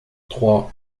trois